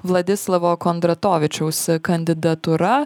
vladislavo kondratovičiaus kandidatūra